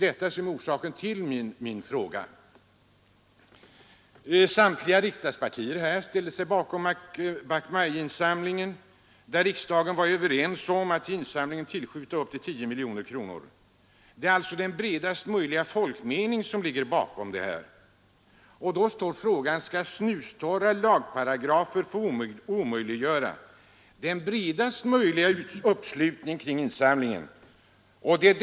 Detta är orsaken till min fråga. Samtliga riksdagspartier ställde sig bakom Bach Mai-insamlingen, och riksdagen var enig om att tillskjuta upp till 10 miljoner kronor till insamlingen. Det är alltså den bredaste möjliga folkmening som ligger bakom insamlingen. Då är frågan: Skall snustorra lagparagrafer få förhindra en så bred uppslutning som möjligt kring denna insamling?